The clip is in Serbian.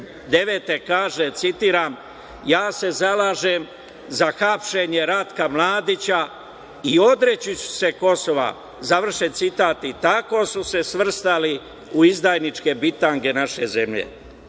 godine kaže, citiram: „ Ja se zalažem za hapšenje Ratka Mladića i odreći ću se Kosova“, završen citat. Tako su se svrstali u izdajničke bitange naše zemlje.Za